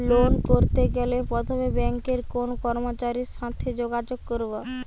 Loan করতে গেলে প্রথমে ব্যাঙ্কের কোন কর্মচারীর সাথে যোগাযোগ করব?